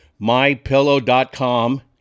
mypillow.com